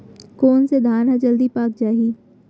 कोन से धान ह जलदी पाक जाही?